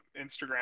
Instagram